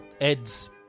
Ed's